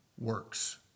Works